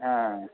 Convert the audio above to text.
হ্যাঁ